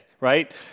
right